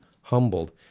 humbled